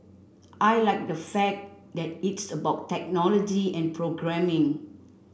I like the fact that it's about technology and programming